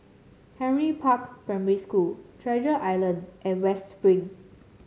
Henry Park Primary School Treasure Island and West Spring